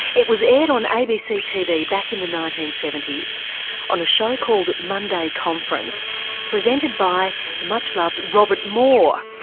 it was aired on abc tv back in the nineteen seventy s on a show called monday conference presented by the much loved robert moore.